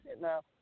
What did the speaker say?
now